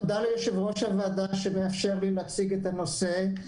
תודה ליושב ראש הוועדה על שמאפשר לי להציג את הנושא.